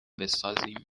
بسازیم